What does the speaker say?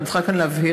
אני צריכה כאן להבהיר.